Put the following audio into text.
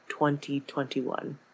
2021